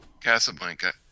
Casablanca